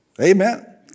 Amen